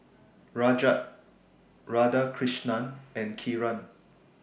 Rajat Radhakrishnan and Kiran